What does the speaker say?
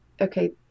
okay